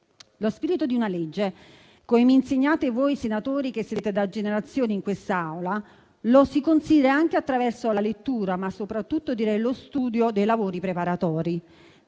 Lo spirito di una legge - come mi insegnate voi senatori che sedete da generazioni in quest'Aula - lo si considera anche attraverso la lettura, ma soprattutto lo studio dei lavori preparatori.